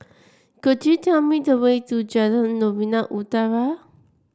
could you tell me the way to Jalan Novena Utara